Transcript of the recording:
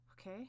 Okay